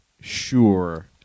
sure